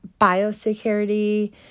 biosecurity